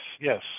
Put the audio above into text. yes